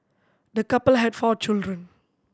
the couple had four children